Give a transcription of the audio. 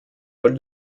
vol